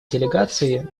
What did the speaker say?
делегации